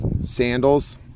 sandals